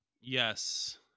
yes